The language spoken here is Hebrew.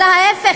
אלא ההפך,